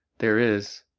there is,